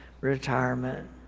retirement